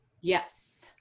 Yes